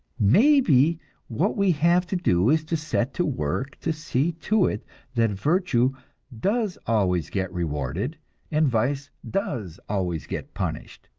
maybe what we have to do is to set to work to see to it that virtue does always get rewarded and vice does always get punished,